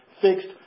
fixed